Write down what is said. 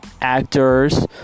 actors